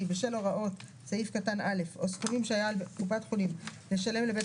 בשל הוראות סעיף קטן (א) או סכומים שהיה על קופת חולים לשלם לבית